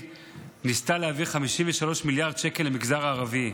ניסתה להעביר 53 מיליארד שקל למגזר הערבי?